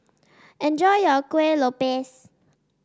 enjoy your Kuih Lopes